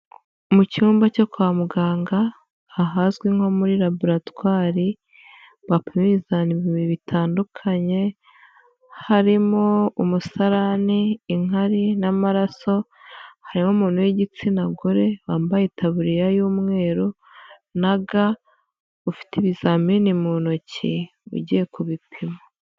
Mu cyumba cyo kwa muganga ahazwi nko muri laboratwari bapima ibizami bitandukanye harimo umusarani, inkari n'amaraso harimo umuntu w'igitsina gore wambaye itabuririya y'umweru na ga ufite ibizamini mu ntoki ugiye kubipimo.